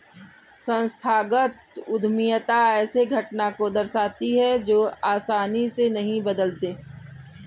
संस्थागत उद्यमिता ऐसे घटना को दर्शाती है जो आसानी से नहीं बदलते